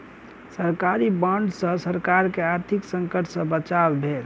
सरकारी बांड सॅ सरकार के आर्थिक संकट सॅ बचाव भेल